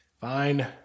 fine